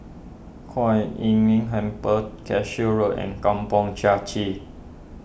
Kuan Im Tng Temple Cashew Road and Kampong Chai Chee